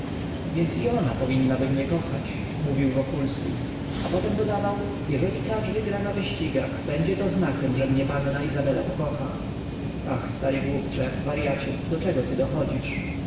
więc i ona powinnaby mnie kochać mówił wokulski a potem dodawał jeżeli klacz wygra na wyścigach będzie to znakiem że mnie panna izabela pokocha ach stary głupcze waryacie do czego ty dochodzisz